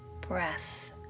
breath